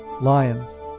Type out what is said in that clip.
Lions